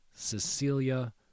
Cecilia